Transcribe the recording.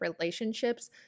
relationships